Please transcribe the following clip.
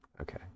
Okay